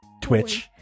Twitch